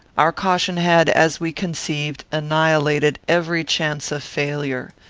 our caution had, as we conceived, annihilated every chance of failure.